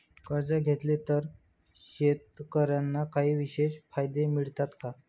कर्ज घेतले तर शेतकऱ्यांना काही विशेष फायदे मिळतात का?